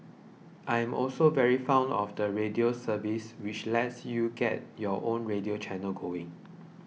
I am also very fond of the radio service which lets you get your own radio channel going